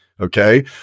Okay